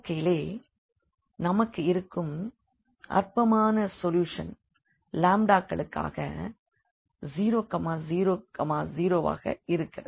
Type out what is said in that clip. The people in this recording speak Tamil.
இயற்கையிலே நமக்கிருக்கும் அற்பமான சொல்யூஷன் க்களுக்காக 0 0 0ஆக இருக்கிறது